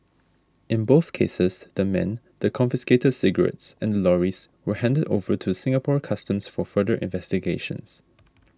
in both cases the men the confiscated cigarettes and the lorries were handed over to Singapore Customs for further investigations